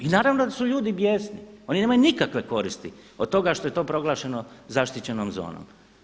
I naravno da su ljudi bijesni, oni nemaju nikakve koristi od toga što je to proglašeno zaštićenom zonom.